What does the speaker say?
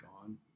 gone